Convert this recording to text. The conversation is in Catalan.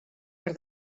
per